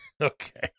Okay